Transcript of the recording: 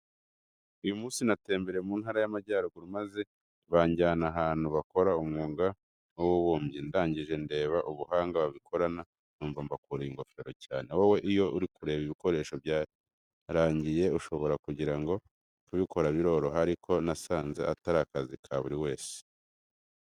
Uyu munsi natembereye mu Ntara y'Amajyaruguru maze banjyana ahantu bakora umwuga w'ububumbyi, ndangije ndeba ubuhanga babikorana numva mbakuriye ingofero cyane. Wowe iyo uri kureba ibikoresho byarangiye ushobora kugira ngo kubikora biroroha ariko nasanze atari akazi ka buri wese.